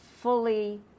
fully